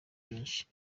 benshi